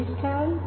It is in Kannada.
ಇನ್ಸ್ಟಾಲ್